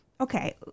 okay